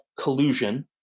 collusion